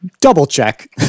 double-check